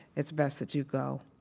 it's best that you go.